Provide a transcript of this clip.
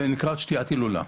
זה נקרא שתיית הילולה.